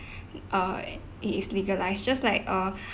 uh it is legalised just like uh